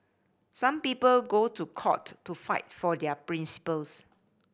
some people go to court to fight for their principles